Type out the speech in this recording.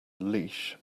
leash